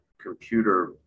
computer